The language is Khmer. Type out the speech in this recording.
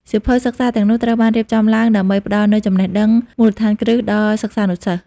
សៀវភៅសិក្សាទាំងនោះត្រូវបានរៀបចំឡើងដើម្បីផ្ដល់នូវចំណេះដឹងមូលដ្ឋានគ្រឹះដល់សិស្សានុសិស្ស។